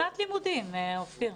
‏ שנת לימודים, אופיר.